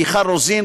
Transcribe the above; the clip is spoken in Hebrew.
מיכל רוזין,